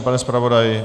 Pane zpravodaji?